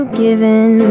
given